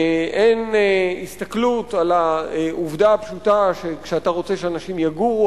אין הסתכלות על העובדה הפשוטה שכשאתה רוצה שאנשים יגורו,